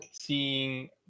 seeing